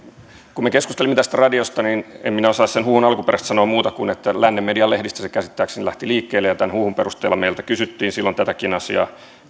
kun me keskustelimme tästä radiossa niin en minä osaa sen huhun alkuperästä sanoa muuta kuin että lännen median lehdistä se käsittääkseni lähti liikkeelle tämän huhun perusteella meiltä kysyttiin silloin tätäkin asiaa